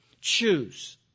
Choose